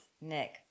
Nick